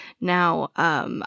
Now